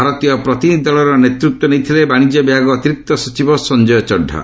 ଭାରତୀୟ ପ୍ରତିନିଧି ଦଳର ନେତୃତ୍ୱ ନେଇଥିଲେ ବାଣିଜ୍ୟ ବିଭାଗ ଅତିରିକ୍ତ ସଚିବ ସଞ୍ଜୟ ଚଢ଼ା